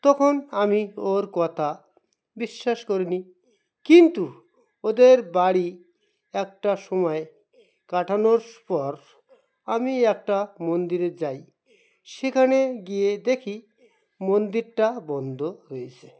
তখন আমি ওর কথা বিশ্বাস করিনি কিন্তু ওদের বাড়ি একটা সময় কাটানোর পর আমি একটা মন্দিরে যাই সেখানে গিয়ে দেখি মন্দিরটা বন্ধ রয়েছে